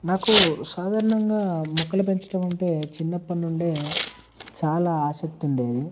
నాకు సాధారణంగా మొక్కలు పెంచడం అంటే చిన్నప్పటినుండే చాలా ఆసక్తి ఉండేది